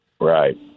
Right